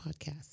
podcast